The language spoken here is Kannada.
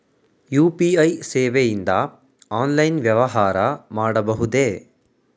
ಯು.ಪಿ.ಐ ಸೇವೆಯಿಂದ ಆನ್ಲೈನ್ ವ್ಯವಹಾರ ಮಾಡಬಹುದೇ?